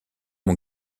mon